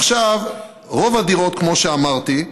רוב הדירות, כמו שאמרתי,